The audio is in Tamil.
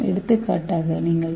எடுத்துக்காட்டாக நீங்கள் டி